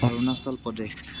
Arunachal Pradesh